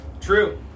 True